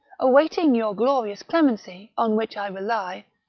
awaiting your glorious clemency, on which i rely,